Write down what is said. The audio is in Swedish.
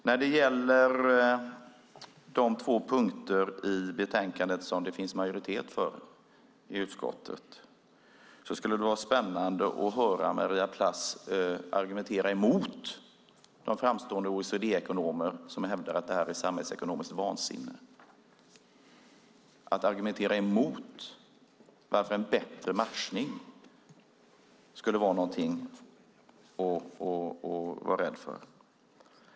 När det gäller de två punkter i betänkandet som det finns majoritet för i utskottet skulle det vara spännande att höra Maria Plass argumentera emot de framstående OECD-ekonomer som hävdar att detta är samhällsekonomiskt vansinne och att argumentera emot att en bättre matchning skulle vara någonting att vara rädd för.